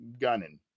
gunning